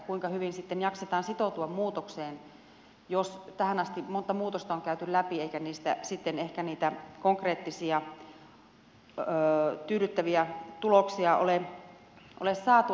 kuinka hyvin sitten jaksetaan sitoutua muutokseen jos tähän asti monta muutosta on käyty läpi eikä niistä sitten ehkä niitä konkreettisia tyydyttäviä tuloksia ole saatu